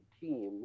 teams